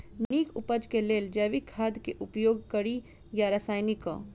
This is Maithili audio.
नीक उपज केँ लेल जैविक खाद केँ उपयोग कड़ी या रासायनिक केँ?